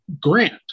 Grant